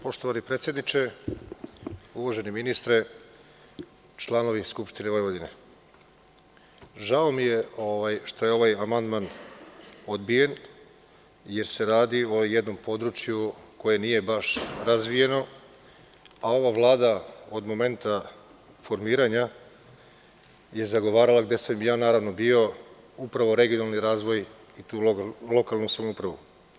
Poštovani predsedniče, uvaženi ministre, članovi Skupštine Vojvodine, žao mi je što je ovaj amandman odbijen jer se radi o jednom području koje nije baš razvijeno, a ova Vlada od momenta formiranja je zagovarala, gde sam ja naravno bio, upravo regionalni razvoj i tu lokalnu samoupravu.